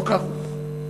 לא כך הוא.